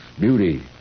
beauty